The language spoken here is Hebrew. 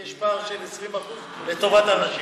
יש פער של 30% לטובת הגברים.